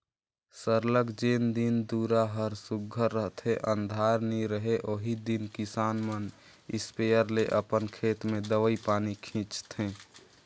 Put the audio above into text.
सरलग जेन दिन दुरा हर सुग्घर रहथे अंधार नी रहें ओही दिन किसान मन इस्पेयर ले अपन खेत में दवई पानी छींचथें